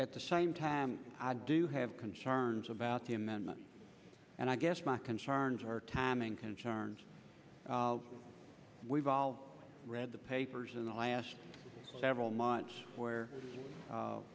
at the same time i do have concerns about the amendment and i guess my concerns are timing concerns we've all read the papers in the last several months where